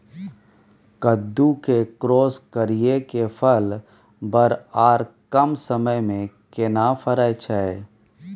कद्दू के क्रॉस करिये के फल बर आर कम समय में केना फरय छै?